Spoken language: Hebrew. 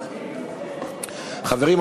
חברים,